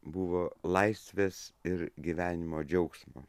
buvo laisvės ir gyvenimo džiaugsmo